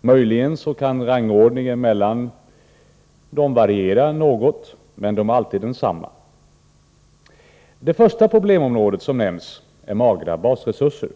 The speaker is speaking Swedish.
Möjligen kan rangordningen mellan de tre problemen variera något. Det första problemområdet som nämns är de magra basresurserna.